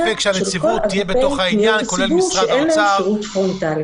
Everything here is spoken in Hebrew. של כל אגפי פניות הציבור שאין להם שירות פרונטלי.